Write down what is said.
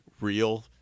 real